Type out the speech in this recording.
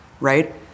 right